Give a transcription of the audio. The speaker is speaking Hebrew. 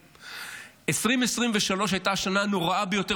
אלו נתונים: 2023 הייתה השנה הנוראה ביותר